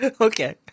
Okay